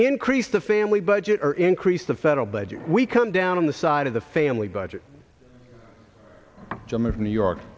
increase the family budget or increase the federal budget we come down on the side of the family budget jim of new york